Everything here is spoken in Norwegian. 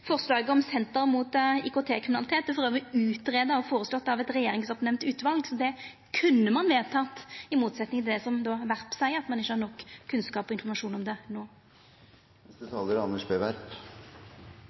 Forslaget om eit senter mot IKT-kriminalitet er elles utgreidd og føreslått av eit regjeringsoppnemnt utval, så det kunne ein vedteke, i motsetning til det som Werp seier – at ein ikkje har nok kunnskap og informasjon om det